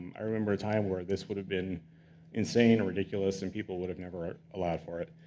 i remember a time where this would have been insane or ridiculous, and people would have never allowed for it.